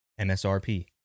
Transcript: MSRP